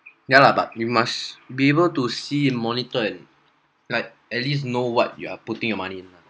yeah lah but we must be able to see and monitor and like at least know what you are putting your money in lah